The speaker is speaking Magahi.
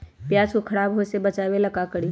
प्याज को खराब होय से बचाव ला का करी?